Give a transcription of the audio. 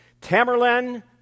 Tamerlan